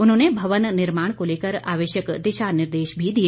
उन्होंने भवन निर्माण को लेकर आवश्यक दिशा निर्देश भी दिए